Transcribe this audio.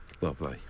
Lovely